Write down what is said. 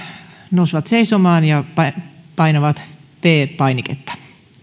nousevat seisomaan ja painavat viides painiketta